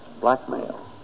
Blackmail